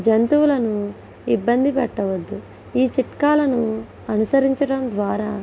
జంతువులను ఇబ్బంది పెట్టవద్దు ఈ చిట్కాలను అనుసరించడం ద్వారా